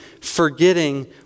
forgetting